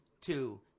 two